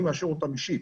אני מאשר אותם אישית.